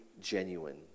genuine